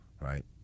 Right